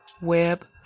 Web